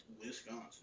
Wisconsin